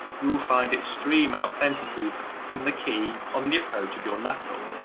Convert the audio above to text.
you will find it stream out plentifully from the key on the approach of your knuckle.